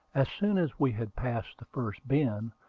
as soon as we had passed the first bend,